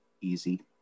easy